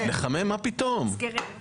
לנצל את הדבר הזה,